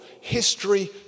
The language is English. history